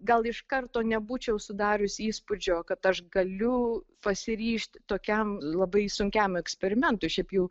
gal iš karto nebūčiau sudariusi įspūdžio kad aš galiu pasiryžti tokiam labai sunkiam eksperimentui šiaip jau